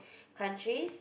countries